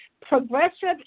Progressive